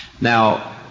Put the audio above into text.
Now